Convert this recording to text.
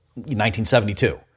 1972